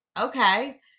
okay